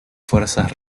fuerzas